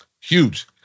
huge